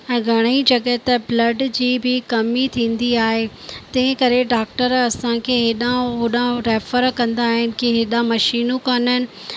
ऐं घणेई जॻहि त ब्लड जी बि कमी थींदी आहे तंहिं करे डॉक्टर असांखे हेॾा होॾा रेफर कंदा आहिनि की हेॾा मशीनूं कोन आइन